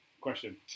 question